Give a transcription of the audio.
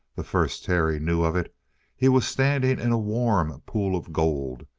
the first terry knew of it he was standing in a warm pool of gold,